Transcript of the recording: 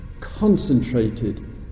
concentrated